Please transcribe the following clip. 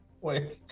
Wait